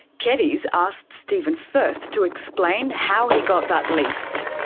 keddies asked stephen firth to explain how he got that list.